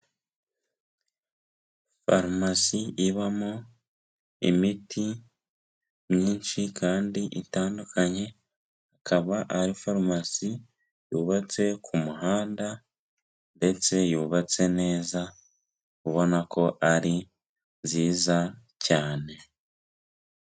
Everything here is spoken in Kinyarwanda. Farumasi ibamo imiti myinshi kandi itandukanye, akaba ari farumasi yubatse ku muhanda ndetse yubatse neza ubona ko ari nziza cyane.